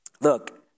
Look